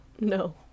No